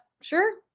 sure